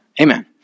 Amen